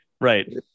Right